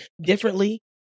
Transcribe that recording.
differently